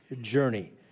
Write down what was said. journey